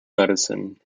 medicine